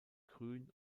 grün